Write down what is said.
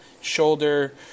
shoulder